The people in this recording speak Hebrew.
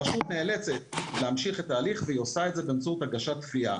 הרשות נאלצת להמשיך את ההליך והיא עושה את זה באמצעות הגשת תביעה.